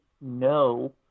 no